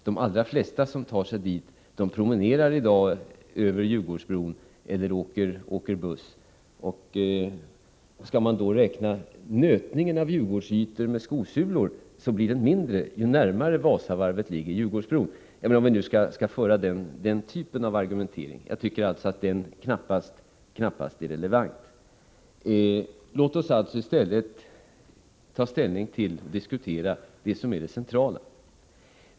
De allra flesta som tar sig dit i dag promenerar eller åker buss över Djurgårdsbron. Skulle vi föra en typ av argumentering som innebär att vi räknade med hur mycket Djurgården nöts av skosulor, måste vi konstatera att nötningen blir mindre ju närmare Djurgårdsbron Wasavarvet ligger, men en sådan argumentering tycker jag knappast är relevant. Nej, låt oss ta ställning till och diskutera det som är det centrala.